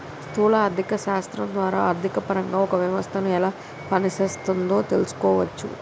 స్థూల ఆర్థిక శాస్త్రం ద్వారా ఆర్థికపరంగా ఒక వ్యవస్థను ఎలా పనిచేస్తోందో తెలుసుకోవచ్చు